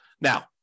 Now